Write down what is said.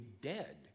dead